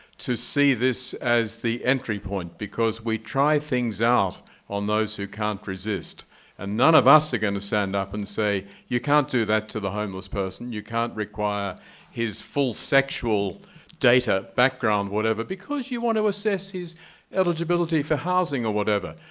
to see this as the entry point. because we try things out on those who can't resist and none of us are gonna stand up and say, you can't do that to the homeless person. you can't require his full sexual data, background, whatever, because you wanna assess his edibility for housing, or whatever.